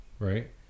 right